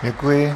Děkuji.